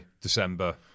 December